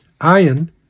Iron